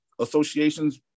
associations